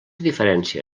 diferència